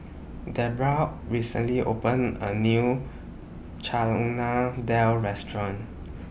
Debbra recently opened A New Chana Dal Restaurant